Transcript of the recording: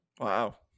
Wow